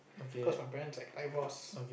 cause my parents like divorced